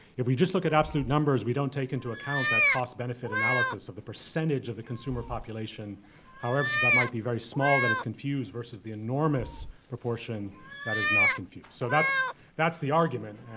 if we just look at absolute numbers, we don't take into account that cost-benefit analysis of the percentage of the consumer population however, that might be very small that is confused versus the enormous proportion that is not confused. so that's that's the argument.